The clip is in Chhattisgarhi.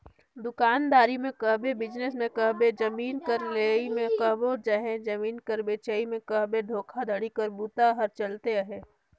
दुकानदारी में कहबे, बिजनेस में कहबे, जमीन कर लेहई में कहबे चहे जमीन कर बेंचई में कहबे धोखाघड़ी कर बूता हर चलते अहे